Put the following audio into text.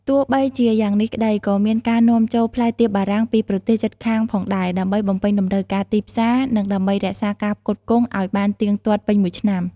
ទោះបីជាយ៉ាងនេះក្តី ក៏មានការនាំចូលផ្លែទៀបបារាំងពីប្រទេសជិតខាងផងដែរ ដើម្បីបំពេញតម្រូវការទីផ្សារ និងដើម្បីរក្សាការផ្គត់ផ្គង់ឱ្យបានទៀងទាត់ពេញមួយឆ្នាំ។